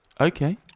Okay